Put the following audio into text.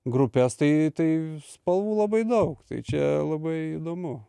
grupes tai tai spalvų labai daug tai čia labai įdomu